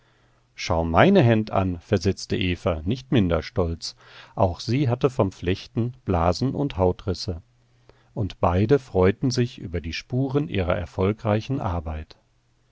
schau meine händ an versetzte eva nicht minder stolz auch sie hatte vom flechten blasen und hautrisse und beide freuten sich über die spuren ihrer erfolgreichen arbeit